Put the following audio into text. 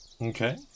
Okay